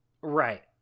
Right